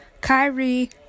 Kyrie